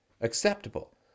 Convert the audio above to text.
acceptable